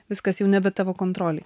viskas jau nebe tavo kontrolėj